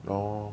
orh